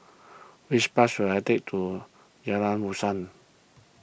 which bus should I take to Jalan Dusan